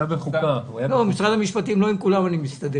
במשרד המשפטים לא עם כולם אני מסתדר.